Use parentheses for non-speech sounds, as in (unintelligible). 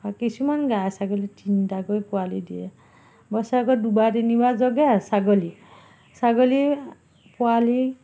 কিছুমান (unintelligible) ছাগলী তিনটাকৈ পোৱালি দিয়ে বছৰেকত দুবাৰ তিনিবাৰ জগে ছাগলী ছাগলী পোৱালি